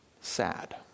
sad